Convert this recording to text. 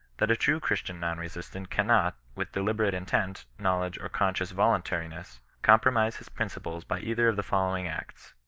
that a true christian non-resistant cannot with deliberate in tent, knowledge, or conscious voluntariness, compromit his principles by either of the following acts.